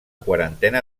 quarantena